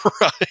Right